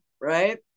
right